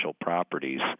properties